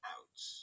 Ouch